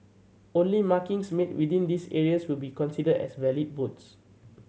only markings made within these areas will be considered as valid votes